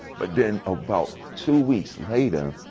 but then, about two weeks later,